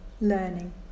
learning